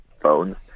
phones